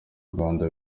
rwanda